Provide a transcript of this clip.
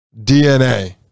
DNA